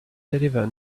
deliver